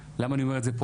למה אני אומר את זה פה?